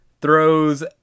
throws